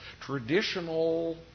traditional